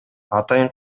атайын